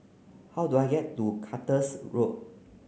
how do I get to Cactus Road